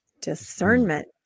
discernment